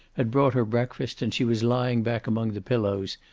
had brought her breakfast, and she was lying back among the pillows,